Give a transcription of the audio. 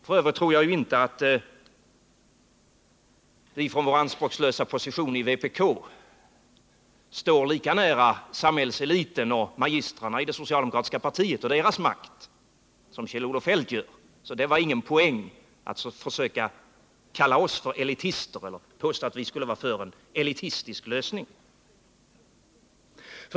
F. ö. tror jag inte att vi från vår anspråkslösa position i vpk står lika nära samhällseliten och magistrarna i det socialdemokratiska partiet och deras makt som Kjell-Olof Feldt gör. Så det var ingen poäng att kalla oss för elitister eller påstå att vi skulle vara för en elitistisk lösning.